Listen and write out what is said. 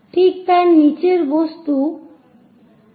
ঠিক তার নিচে বস্তুর একটি শীর্ষ দৃশ্য থাকবে